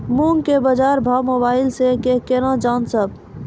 मूंग के बाजार भाव मोबाइल से के ना जान ब?